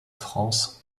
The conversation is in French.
france